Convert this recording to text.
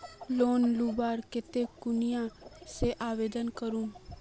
Loan लुबार केते कुनियाँ से आवेदन करूम?